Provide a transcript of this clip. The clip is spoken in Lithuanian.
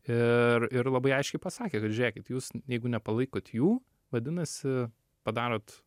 ir ir labai aiškiai pasakė žiūrėkit jūs jeigu nepalaikot jų vadinasi padarot